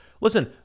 Listen